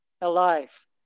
alive